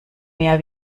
mehr